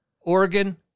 Oregon